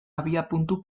abiapuntu